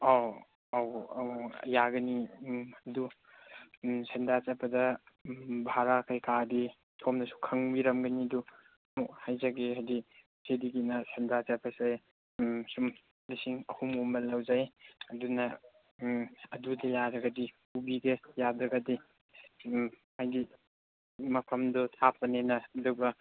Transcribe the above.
ꯑꯧ ꯑꯧ ꯑꯧ ꯑꯧ ꯌꯥꯒꯅꯤ ꯎꯝ ꯑꯗꯨ ꯎꯝ ꯁꯦꯟꯗ꯭ꯔꯥ ꯆꯠꯄꯗ ꯚꯥꯔꯥ ꯀꯩꯀꯥꯗꯤ ꯁꯣꯝꯅꯁꯨ ꯈꯪꯕꯤꯔꯝꯒꯅꯤ ꯑꯗꯨ ꯑꯃꯨꯛ ꯍꯥꯏꯖꯒꯦ ꯍꯥꯏꯗꯤ ꯁꯤꯗꯒꯤꯅ ꯁꯦꯟꯗ꯭ꯔꯥ ꯆꯠꯄꯁꯦ ꯁꯨꯝ ꯂꯤꯁꯤꯡ ꯑꯍꯨꯝꯒꯨꯝꯕ ꯂꯧꯖꯩ ꯑꯗꯨꯅ ꯑꯗꯨꯗ ꯌꯥꯔꯒꯗꯤ ꯄꯨꯕꯤꯒꯦ ꯌꯥꯗ꯭ꯔꯒꯗꯤ ꯍꯥꯏꯗꯤ ꯃꯐꯝꯗꯨ ꯊꯥꯞꯄꯅꯤꯅ ꯑꯗꯨꯒ